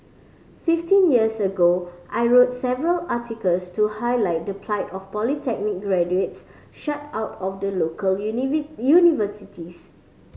fifteen years ago I wrote several articles to highlight the plight of polytechnic graduates shut out of the local universities